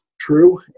true